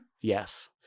Yes